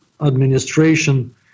administration